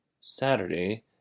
Saturday